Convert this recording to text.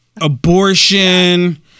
abortion